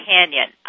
Canyon